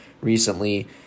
recently